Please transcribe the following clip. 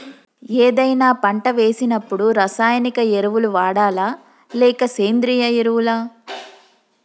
ఏదైనా పంట వేసినప్పుడు రసాయనిక ఎరువులు వాడాలా? లేక సేంద్రీయ ఎరవులా?